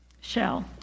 Shell